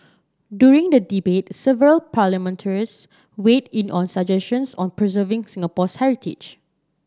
during the debate several parliamentarians weighed in on suggestions on preserving Singapore's heritage